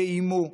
שאיימו,